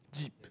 jeep